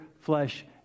flesh